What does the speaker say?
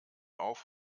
auf